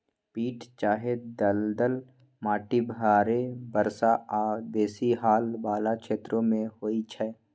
पीट चाहे दलदल माटि भारी वर्षा आऽ बेशी हाल वला क्षेत्रों में होइ छै